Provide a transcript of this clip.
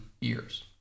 years